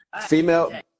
female